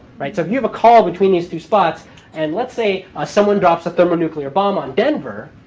right? so if you have a call between these two spots and let's say someone drops a thermonuclear bomb on denver,